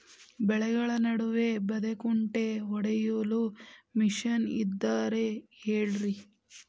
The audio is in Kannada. ಬೆಳೆಗಳ ನಡುವೆ ಬದೆಕುಂಟೆ ಹೊಡೆಯಲು ಮಿಷನ್ ಇದ್ದರೆ ಹೇಳಿರಿ